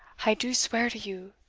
i do swear to you,